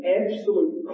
absolute